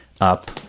up